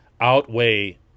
outweigh